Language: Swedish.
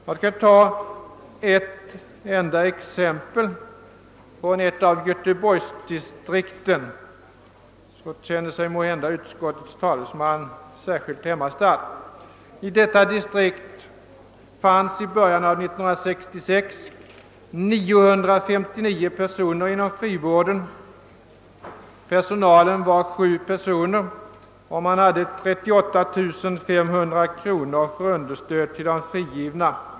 Jag skall ta ett enda exempel från ett av göteborgsdistrikten; då känner sig måhända utskottets talesman särskilt hemmastadd. I detta distrikt fanns i början av 1966 959 personer inom frivården. Personalen bestod av sju personer, och man hade 38 500 kronor för understöd åt de frigivna.